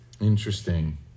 Interesting